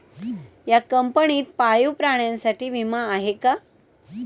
या कंपनीत पाळीव प्राण्यांसाठी विमा आहे का?